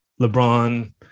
LeBron